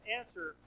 answer